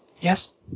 Yes